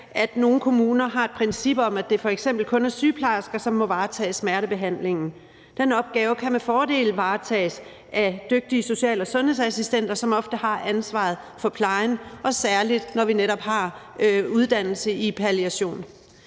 at nogle kommuner har et princip om, at det f.eks. kun er sygeplejersker, som må varetage smertebehandlingen. Den opgave kan med fordel varetages af dygtige social- og sundhedsassistenter, som ofte har ansvaret for plejen, og særlig når vi netop har uddannelse i palliation.